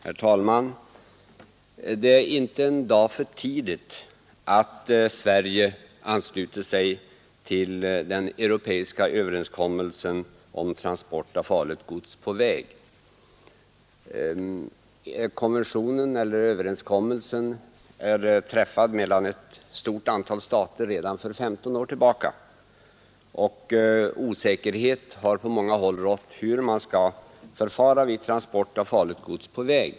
Herr talman! Det är inte en dag för tidigt att Sverige ansluter sig till den europeiska överenskommelsen om transport av farligt gods på väg. Överenskommelsen träffades redan för 15 år sedan mellan ett stort antal stater. Osäkerhet har på många håll rått om hur man skall förfara vid transport av farligt gods på väg.